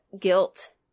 guilt